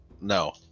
No